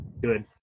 good